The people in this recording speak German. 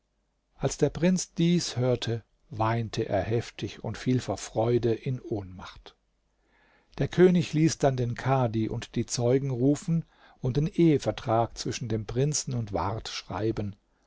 als der prinz dies hörte weinte er heftig und fiel vor freude in ohnmacht der könig ließ dann den kadi und die zeugen rufen und den ehevertrag zwischen dem prinzen und ward schreiben